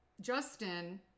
Justin